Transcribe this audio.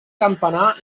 campanar